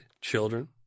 children